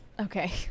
Okay